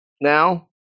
now